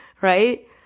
right